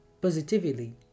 positively